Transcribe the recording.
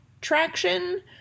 traction